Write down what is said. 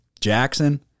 Jackson